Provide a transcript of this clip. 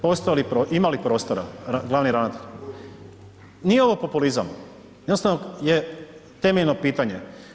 Postoje li, ima li prostora glavni ravnatelju, nije ovo populizam jednostavno je temeljno pitanja.